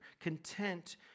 content